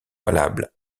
valables